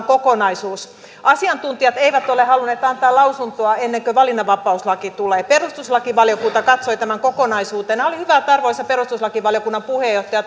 kokonaisuus asiantuntijat eivät ole halunneet antaa lausuntoa ennen kuin valinnanvapauslaki tulee perustuslakivaliokunta katsoi tämän kokonaisuutena ja oli hyvä että arvoisa perustuslakivaliokunnan puheenjohtaja